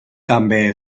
també